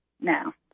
Now